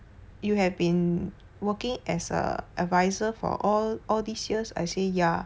you have been working as a advisor for all all these years I say ya